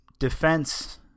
defense